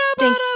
ding